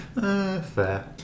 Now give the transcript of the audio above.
Fair